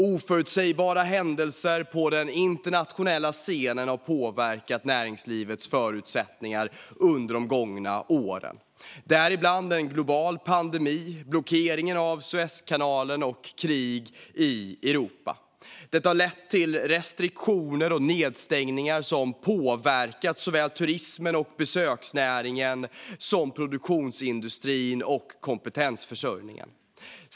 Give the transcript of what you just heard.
Oförutsedda händelser på den internationella scenen har påverkat näringslivets förutsättningar under de gångna åren, däribland en global pandemi, en blockering av Suezkanalen och krig i Europa. Detta har lett till restriktioner och nedstängningar som påverkat såväl turismen och besöksnäringen som produktionsindustrin och kompetensförsörjningen.